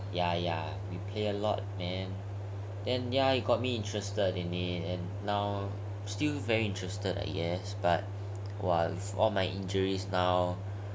ya ya we play a lot man then ya it got me interested in it and now still very interested I guess but !wah! with all my injuries now then ya